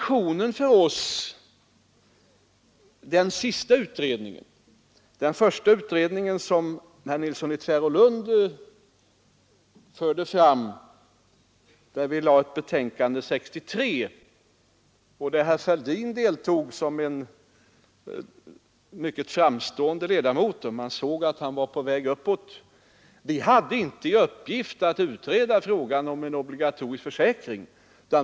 Den första utredningen — den som herr Nilsson i Tvärålund bl.a. talade om — framlade ett betänkande 1963. I den deltog herr Fälldin som mycket framstående ledamot — man såg att han var på väg uppåt. Denna utredning hade inte till uppgift att utreda frågan om en obligatorisk försäkring.